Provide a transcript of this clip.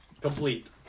Complete